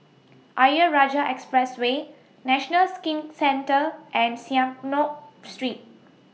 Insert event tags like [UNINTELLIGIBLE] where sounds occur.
Ayer Rajah Expressway National Skin Centre and [UNINTELLIGIBLE] Street